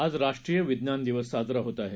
आज राष्ट्रीय विज्ञान दिवस साजरा होत आहे